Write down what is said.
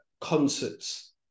concerts